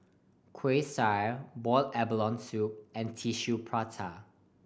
Kueh Syara boiled abalone soup and Tissue Prata